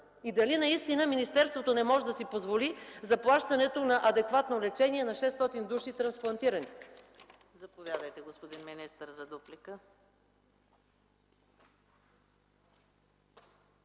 и дали наистина министерството не може да си позволи заплащането на адекватно лечение на 600 души трансплантирани?